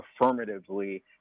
affirmatively